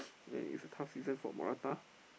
and it's a tough season for Morata